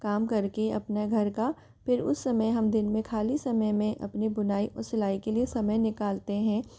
काम करके अपने घर का फ़िर उस समय हम दिन में खाली समय में अपनी बुनाई और सिलाई के लिए समय निकालते हैं